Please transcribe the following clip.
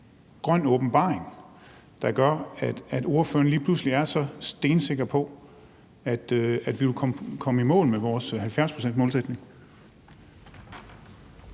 grøn åbenbaring, der gør, at ordføreren lige pludselig er så stensikker på, at vi vil komme i mål med vores 70-procentsmålsætning?